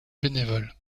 bénévoles